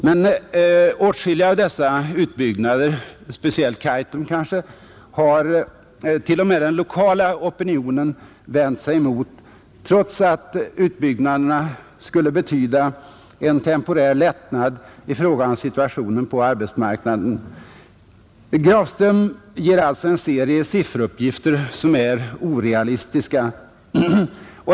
Men åtskilliga av dessa utbyggnader, speciellt Kaitum, har t.o.m. den lokala opinionen vänt sig emot, trots att utbyggnaden skulle betyda en temporär lättnad i situationen på arbetsmarknaden. Herr Grafström ger alltså en serie sifferuppgifter som är orealistiska.